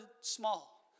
small